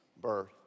birth